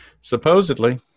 Supposedly